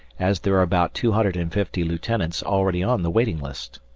as there are about two hundred and fifty lieutenants already on the waiting list.